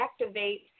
activate